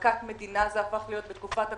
זו הפכה להיות מכת מדינה בתקופת הקורונה.